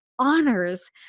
honors